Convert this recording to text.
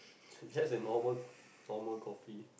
just a normal normal kopi